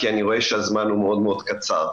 כי אני רואה שהזמן מאוד מאוד קצר.